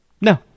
No